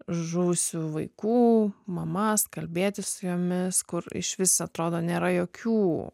žuvusių vaikų mamas kalbėtis su jomis kur išvis atrodo nėra jokių